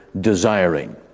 desiring